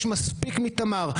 יש מספיק מתמר.